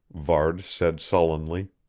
varde said sullenly.